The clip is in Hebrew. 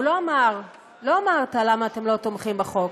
הוא לא אמר, לא אמרת למה אתם לא תומכים בחוק,